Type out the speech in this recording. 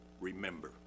remember